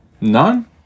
none